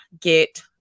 get